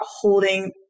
holding